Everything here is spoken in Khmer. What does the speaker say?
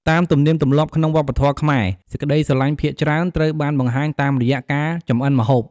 តាមទំនៀមទម្លាប់ក្នុងវប្បធម៌ខ្មែរ សេចក្ដីស្រលាញ់ភាគច្រើនត្រូវបានបង្ហាញតាមរយៈការចម្អិនម្ហូប។